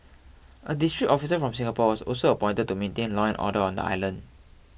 a district officer from Singapore was also appointed to maintain law and order on the island